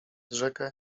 rzekę